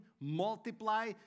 multiply